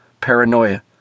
Paranoia